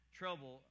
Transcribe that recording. trouble